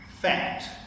fact